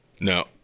Now